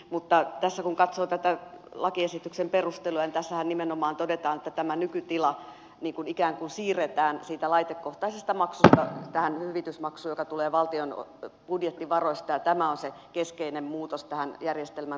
mutta tässä kun katsoo tätä lakiesityksen perustelua niin tässähän nimenomaan todetaan että tämä nykytila ikään kuin siirretään siitä laitekohtaisesta maksusta tähän hyvitysmaksuun joka tulee valtion budjettivaroista ja tämä on se keskeinen muutos tähän järjestelmän toimintalogiikkaan